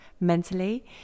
mentally